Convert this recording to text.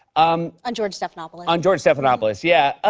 um on george stephanopoulos. on george stephanopoulos. yeah.